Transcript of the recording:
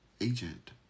agent